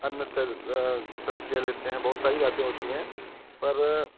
अन्य सब्जियाँ लेते हैं बहुत सारी बातें होती हैं पर